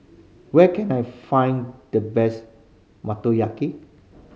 where can I find the best Motoyaki